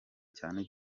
cyane